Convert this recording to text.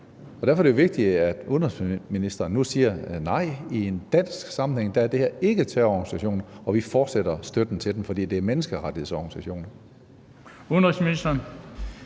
Derfor er det jo vigtigt, at udenrigsministeren nu siger: Nej, i en dansk sammenhæng er det her ikke terrororganisationer, og vi fortsætter støtten til dem, fordi det er menneskerettighedsorganisationer. Kl. 15:06 Den